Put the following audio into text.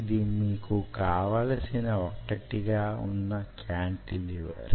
ఇది మీకు కావలసిన ఒక్కటిగా వున్న కాంటిలివర్